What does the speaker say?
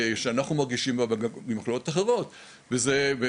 שאנחנו מרגישים בה וגם במכללות אחרות וחווינו